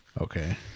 Okay